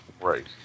right